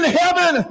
heaven